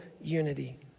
unity